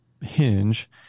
hinge